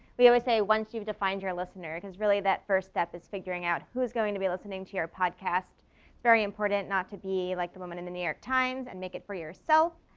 we always say once you've defined your listener, cuz really that first step is figuring out who's going to be listening to your podcast. it's very important not to be like the woman in the new york times and make it for yourself.